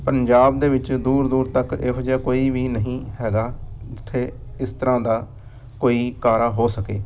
ਪੰਜਾਬ ਦੇ ਵਿੱਚ ਦੂਰ ਦੂਰ ਤੱਕ ਇਹੋ ਜਿਹਾ ਕੋਈ ਵੀ ਨਹੀਂ ਹੈਗਾ ਜਿੱਥੇ ਇਸ ਤਰ੍ਹਾਂ ਦਾ ਕੋਈ ਕਾਰਾ ਹੋ ਸਕੇ